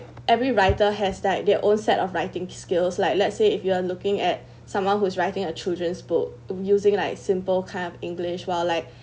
every writer has that their own set of writing skills like let's say if you are looking at someone who's writing a children's book using like simple kind of english well like